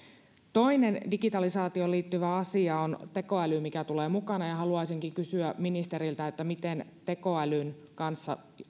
toinen digitalisaatioon liittyvä asia on tekoäly mikä tulee mukana haluaisinkin kysyä ministeriltä miten tekoälyn kanssa